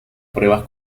pruebas